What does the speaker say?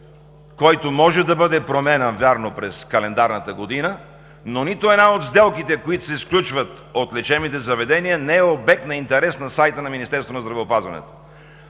който може да бъде променян, вярно, през календарната година, но нито една от сделките, които се сключват от лечебните заведения, не е обект на интерес на сайта на Министерството на здравеопазването.